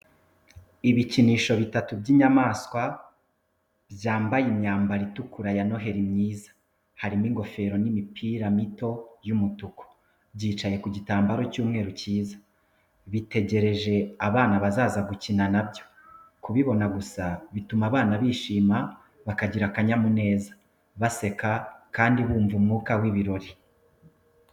Ibikinisho bitatu by’inyamaswa byambaye imyambaro itukura ya noheri myiza, harimo ingofero n’imipira mito y'umutuku. Byicaye ku gitambaro cy'umweru cyiza, bitegereje abana bazaza gukina nabyo. Kubibona gusa bituma abana bishima bakagira akanyamuneza, baseka, kandi bumva umwuka w’ibirori.